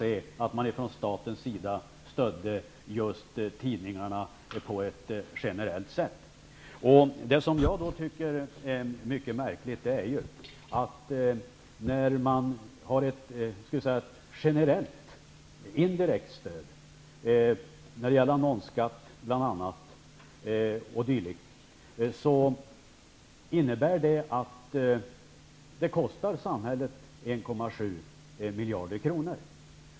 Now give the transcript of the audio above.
Ett generellt indirekt stöd -- jag tänker då på befrielse från annonsskatt o.d. -- kostar staten 1,7 miljarder kronor.